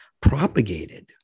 propagated